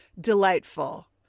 delightful